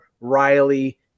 Riley